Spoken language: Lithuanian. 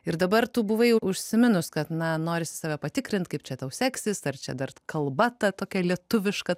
ir dabar tu buvai užsiminus kad na norisi save patikrint kaip čia tau seksis ar čia dar kalba ta tokia lietuviška